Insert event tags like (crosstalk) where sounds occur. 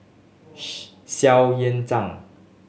(unintelligible) Xu Yuan Zhang